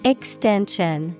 Extension